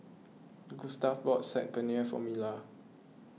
Gustave bought Saag Paneer for Mila